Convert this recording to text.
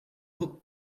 hook